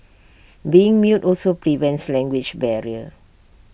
being mute also prevents language barrier